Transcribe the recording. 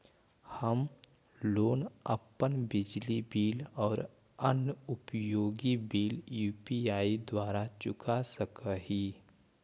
हम लोग अपन बिजली बिल और अन्य उपयोगि बिल यू.पी.आई द्वारा चुका सक ही